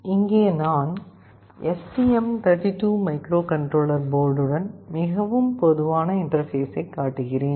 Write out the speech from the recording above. இங்கே நான் STM32 microcontroller போர்டுடன் மிகவும் பொதுவான இன்டர்பேஸைக் காட்டுகிறேன்